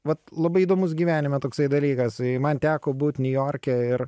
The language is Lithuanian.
vat labai įdomus gyvenime toksai dalykas man teko būt niujorke ir